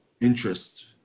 interest